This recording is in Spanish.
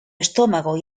estómago